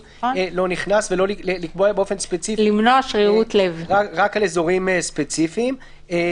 לא נכנס ולקבוע באופן ספציפי רק על אזורים ספציפיים -- למנוע שרירות לב.